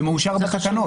זה מאושר בתקנות.